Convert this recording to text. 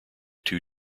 two